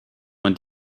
man